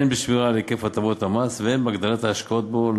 הן בשמירה על היקף הטבות המס והן בהגדלת ההשקעות בהם.